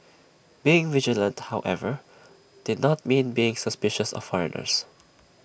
being vigilant however did not mean being suspicious of foreigners